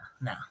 no